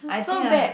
so bad